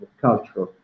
culture